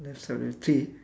left side of the three